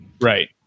Right